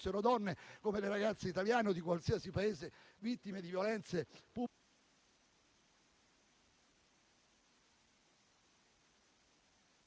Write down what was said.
fossero donne come le ragazze italiane o di qualsiasi Paese vittime di violenze...